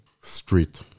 street